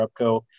Repco